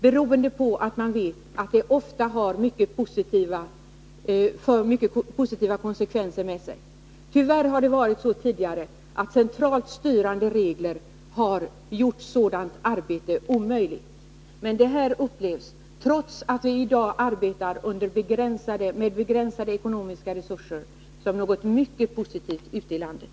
Det beror på att man vet att detta ofta för mycket positiva konsekvenser med sig. Tyvärr har det tidigare varit så att centralt styrande regler har gjort sådant arbete omöjligt. Och trots att vi i dag arbetar med begränsade ekonomiska resurser, upplevs detta som något mycket positivt ute i landet.